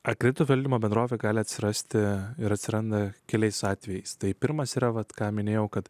atkrito valdymo bendrovė gali atsirasti ir atsiranda keliais atvejais tai pirmas yra vat ką minėjau kad